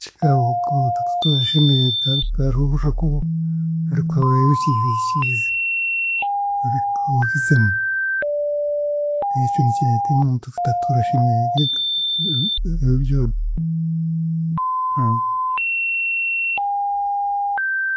Tikikaabaho nk'omuntu kutuura ashemeriigwe hariho, hariho obu harikubaho ekihi ekihikiirizi ekyo nikireetera omuntu kutuura atashemeriigwe ebiro byona.